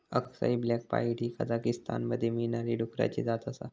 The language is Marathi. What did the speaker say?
अक्साई ब्लॅक पाईड ही कझाकीस्तानमध्ये मिळणारी डुकराची जात आसा